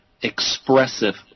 expressive